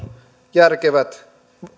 järkevät